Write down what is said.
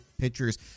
pitchers